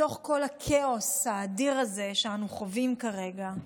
בתוך כל הכאוס האדיר הזה שאנו חווים כרגע,